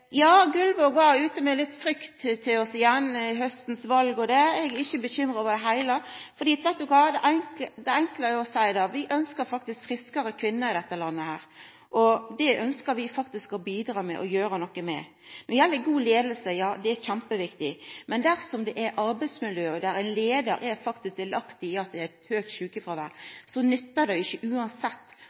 Ja, Gullvåg var ute med litt frykt i samband med haustens val. Det er eg ikkje bekymra for i det heile, for det er enklare å seia at vi faktisk ønskjer friskare kvinner i dette landet, og det ønskjer vi å bidra til å gjera noko med. Vi har ei god leiing – ja, det er kjempeviktig. Men dersom det er eit arbeidsmiljø der ein leiar faktisk er delaktig i at det er eit høgt sjukefråvær, nyttar det ikkje